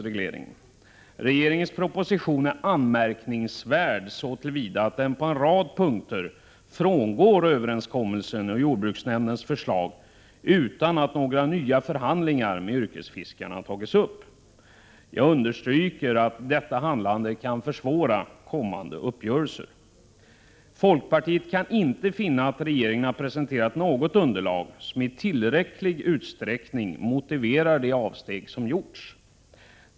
Regeringens proposition är anmärkningsvärd så till vida att den på en rad punkter frångår överenskommelsen och jordbruksnämndens förslag utan att några nya förhandlingar med yrkesfiskarna tagits upp. Jag understryker att detta handlande kan försvåra kommande uppgörelser. Folkpartiet kan inte finna att regeringen presenterat något underlag som tillräckligt motiverar de avsteg som gjorts.